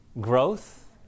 Growth